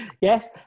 Yes